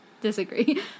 Disagree